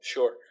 Sure